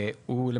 הוא פטור,